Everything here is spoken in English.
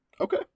Okay